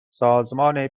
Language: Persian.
سازمان